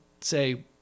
say